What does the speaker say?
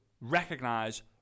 recognize